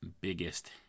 biggest